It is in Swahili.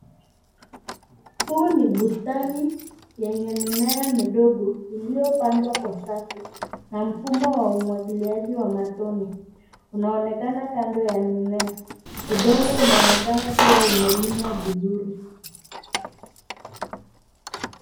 Huu ni bustani yenye mimea midogo iliyopandwa kwa safu na mfumo wa umwagiliaji wa matone unaonekana kando ya mimea. Udongo unaonekana kuwa umelimwa vizuri.